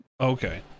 Okay